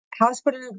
hospital